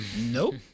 Nope